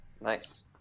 Nice